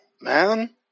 man